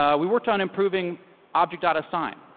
um we worked on improving object assign.